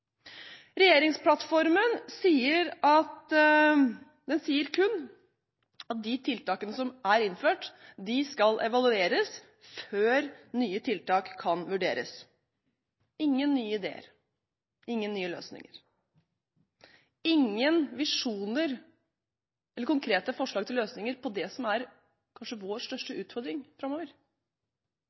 Regjeringsplattformen sier kun at de tiltakene som er innført, skal evalueres før nye tiltak kan vurderes – ingen nye ideer, ingen nye løsninger, ingen visjoner eller konkrete forslag til løsninger på det som kanskje er vår største utfordring framover.